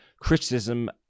Criticism